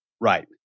Right